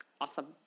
awesome